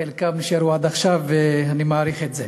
חלקם נשארו עד עכשיו, ואני מעריך את זה.